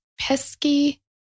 pesky